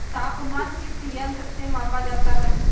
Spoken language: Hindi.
तापमान किस यंत्र से मापा जाता है?